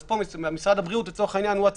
אז פה משרד הבריאות הוא הצבא,